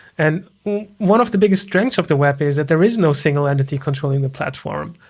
and one of the biggest strengths of the web is that there is no single entity controlling the platform.